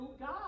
God